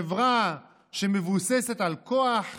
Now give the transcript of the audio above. בחברה שמבוססת על כוח,